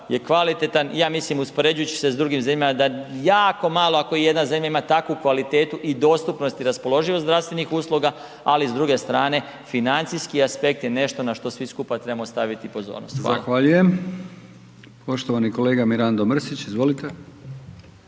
je kvalitetan i ja mislim uspoređujući se sa drugim zemljama da jako malo ako jedna zemlja ima takvu kvalitetu i dostupnosti i raspoloživost zdravstvenih usluga ali i s druge strane financijski aspekt je nešto na što svi skupa trebamo staviti pozornost. Hvala. **Brkić, Milijan (HDZ)** Zahvaljujem. Poštovani kolega Mirando Mrsić. Izvolite.